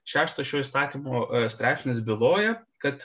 šeštas šio įstatymo straipsnis byloja kad